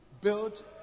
build